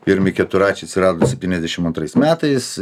pirmi keturračiai atsirado septyniasdešim antrais metais